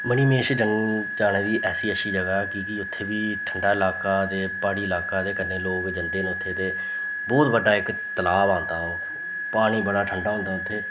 मनी महेश जाने गी ऐसी अच्छी जगह् ऐ कि के उत्थें बी ठंडा लाका ते प्हाड़ी लाका ते कन्नै लोक जंदे न उत्थें ते बोह्त बड्डा इक तलाब आंदा ओह् पानी बड़ा ठंडा होंदा उत्थें